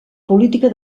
política